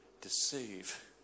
deceive